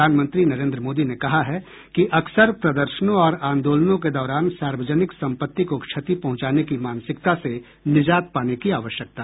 प्रधानमंत्री नरेन्द्र मोदी ने कहा है कि अक्सर प्रदर्शनों और आंदोलनों के दौरान सार्वजनिक संपत्ति को क्षति पहुंचाने की मानसिकता से निजात पाने की आवश्यकता है